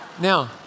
now